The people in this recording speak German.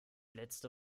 letzte